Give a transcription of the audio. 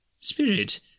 Spirit